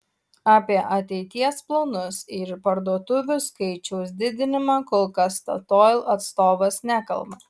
apie ateities planus ir parduotuvių skaičiaus didinimą kol kas statoil atstovas nekalba